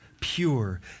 pure